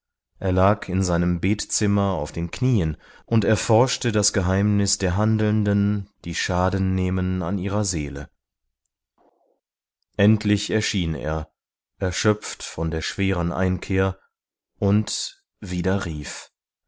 er lag in seinem betzimmer auf den knieen und erforschte das geheimnis der handelnden die schaden nehmen an ihrer seele endlich erschien er erschöpft von der schweren einkehr und widerrief